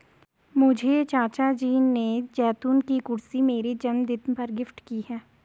मुझे चाचा जी ने जैतून की कुर्सी मेरे जन्मदिन पर गिफ्ट की है